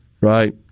right